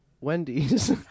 Wendy's